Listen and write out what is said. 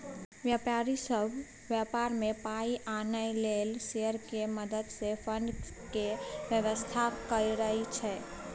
व्यापारी सब व्यापार में पाइ आनय लेल शेयर के मदद से फंड के व्यवस्था करइ छइ